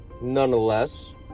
Nonetheless